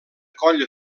colla